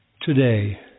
today